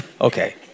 okay